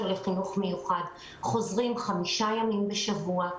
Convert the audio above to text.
לחינוך מיוחד חוזרים חמישה ימים בשבוע,